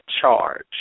charge